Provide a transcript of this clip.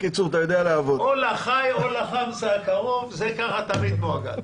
או לח"י או לחמסה הקרוב, זה ככה תמיד מעוגל.